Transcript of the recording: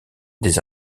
des